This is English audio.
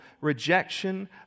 rejection